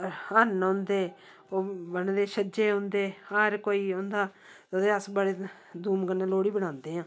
हरण होंदे ओह् बंडदे छज्जे होंदे हर कोई ओंदा ओह्दी अस बडी धूम कन्नै लोह्ड़ी मनांदे ऐ